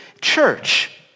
church